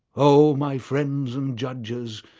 o my friends and judges,